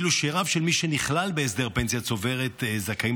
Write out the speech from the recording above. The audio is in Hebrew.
ואילו שאיריו של מי שנכלל בהסדר פנסיה צוברת זכאים